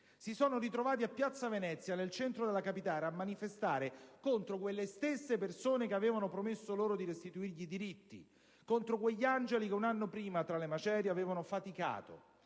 Si sono ritrovati a piazza Venezia, nel centro della capitale, a manifestare contro le stesse persone che avevano promesso loro di restituire loro i diritti, contro quegli angeli che un anno prima, tra le macerie, avevano faticato,